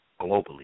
globally